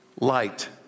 light